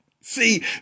See